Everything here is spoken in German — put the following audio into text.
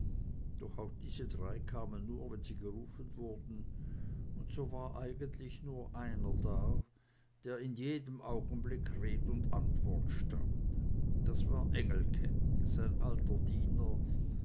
doch auch diese drei kamen nur wenn sie gerufen wurden und so war eigentlich nur einer da der in jedem augenblicke red und antwort stand das war engelke sein alter diener